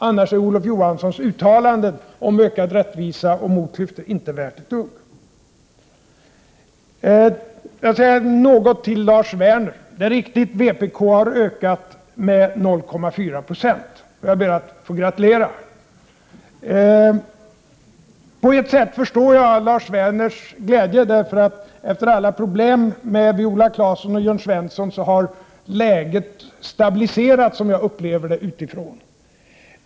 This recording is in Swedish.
Annars är Olof Johanssons uttalande om ökad rättvisa och minskade klyftor inte värt ett dugg. Jag vill också säga några ord till Lars Werner. Det är riktigt att vpk har ökat med 0,4 96. Jag ber att få gratulera. På ett sätt förstår jag Lars Werners glädje. Efter alla problem med Viola Claesson och Jörn Svensson har läget nu stabiliserats, såsom jag upplever det utifrån.